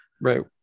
right